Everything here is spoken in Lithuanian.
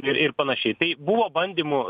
ir ir panašiai tai buvo bandymų